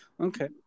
okay